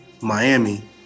Miami